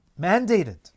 mandated